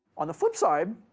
on the flip side,